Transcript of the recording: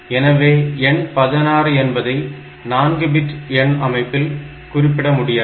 எனவே எண் 16 என்பதை 4 பிட் எண் அமைப்பில் குறிப்பிட முடியாது